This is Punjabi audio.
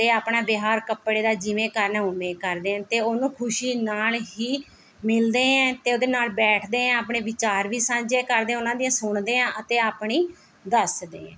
ਅਤੇ ਆਪਣਾ ਵਿਹਾਰ ਕੱਪੜੇ ਦਾ ਜਿਵੇਂ ਕਰਨਾ ਉਵੇਂ ਕਰਦੇ ਹਨ ਅਤੇ ਉਹਨੂੰ ਖੁਸ਼ੀ ਨਾਲ਼ ਹੀ ਮਿਲਦੇ ਹਾਂ ਅਤੇ ਉਹਦੇ ਨਾਲ਼ ਬੈਠਦੇ ਹਾਂ ਆਪਣੇ ਵਿਚਾਰ ਵੀ ਸਾਂਝੇ ਕਰਦੇ ਹਾਂ ਉਹਨਾਂ ਦੀਆਂ ਸੁਣਦੇ ਹਾਂ ਅਤੇ ਆਪਣੀ ਦੱਸਦੇ ਹਾਂ